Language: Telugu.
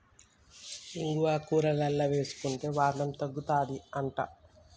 ఇంగువ కూరలల్ల వేసుకుంటే వాతం తగ్గుతది అంట